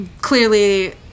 clearly